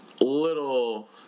little